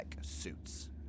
suits